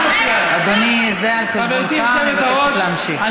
אדוני, זה על חשבונך, אני